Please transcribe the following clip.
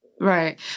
Right